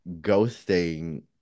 ghosting